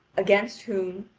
against whom,